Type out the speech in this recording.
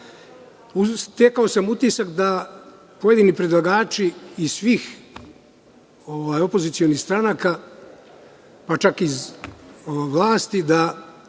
sam utisak da pojedini predlagači iz svih opozicionih stranaka, pa čak i iz vlasti, da